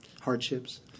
hardships